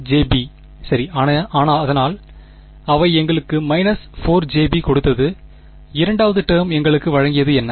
4jb சரி அதனால் அவை எங்களுக்கு 4jb கொடுத்தது இரண்டாவது டேர்ம் எங்களுக்கு வழங்கியது என்ன